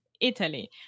Italy